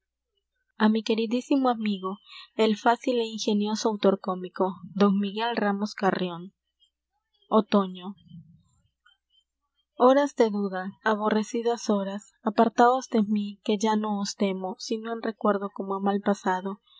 á mi queridísimo amigo el fácil é ingenioso autor cómico don miguel ramos carrion otoño horas de duda aborrecidas horas apartaos de mí que ya no os temo sino en recuerdo como á mal pasado